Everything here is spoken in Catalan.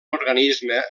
organisme